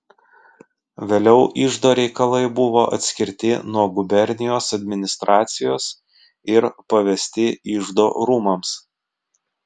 vėliau iždo reikalai buvo atskirti nuo gubernijos administracijos ir pavesti iždo rūmams